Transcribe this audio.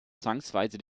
zwangsweise